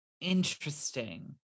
interesting